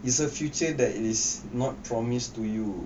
it's a future that is not promise to you